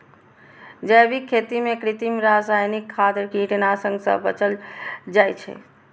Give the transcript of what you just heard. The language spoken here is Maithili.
जैविक खेती मे कृत्रिम, रासायनिक खाद, कीटनाशक सं बचल जाइ छै